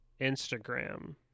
Instagram